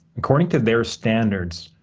according to their standards,